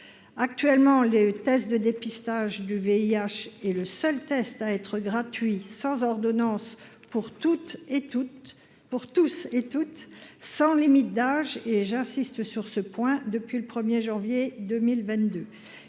actuellement, les tests de dépistage du VIH et le seul test à être gratuit sans ordonnance pour toutes et toutes pour tous et toutes sans limite d'âge, et j'insiste sur ce point depuis le 1er janvier 2022,